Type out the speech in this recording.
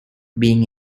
being